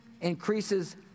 increases